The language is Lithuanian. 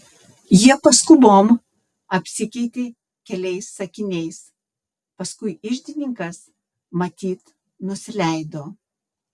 jie paskubom apsikeitė keliais sakiniais paskui iždininkas matyt nusileido